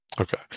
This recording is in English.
Okay